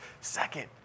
Second